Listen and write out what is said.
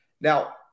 now